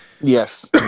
yes